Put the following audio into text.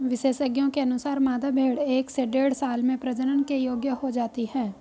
विशेषज्ञों के अनुसार, मादा भेंड़ एक से डेढ़ साल में प्रजनन के योग्य हो जाती है